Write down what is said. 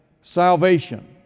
salvation